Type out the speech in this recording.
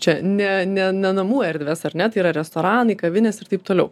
čia ne ne ne namų erdves ar ne tai yra restoranai kavinės ir taip toliau